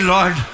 Lord